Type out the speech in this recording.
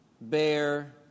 bear